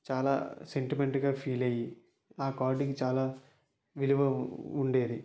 చాలా సెంటిమెంట్గా ఫీల్ అయ్యి ఆ కార్డుకి చాలా విలువ ఉండేది